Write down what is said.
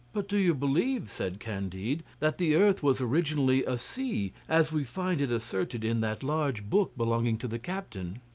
but do you believe, said candide, that the earth was originally a sea, as we find it asserted in that large book belonging to the captain?